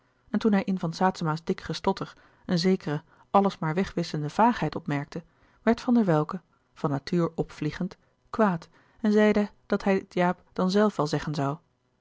en toen hij in van saetzema's dik gestotter een louis couperus de boeken der kleine zielen zekere alles maar wegwisschende vaagheid opmerkte werd van der welcke van natuur opvliegend kwaad en zeide dat hij het jaap dan zelf wel zeggen zoû